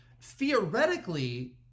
theoretically